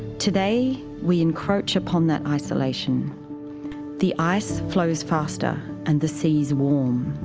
today we encroach upon that isolation the ice flows faster and the seas warm,